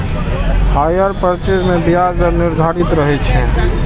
hire purchase मे ब्याज दर निर्धारित रहै छै